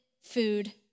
food